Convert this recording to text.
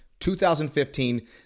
2015